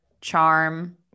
charm